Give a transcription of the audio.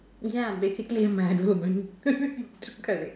ya basically mad woman correct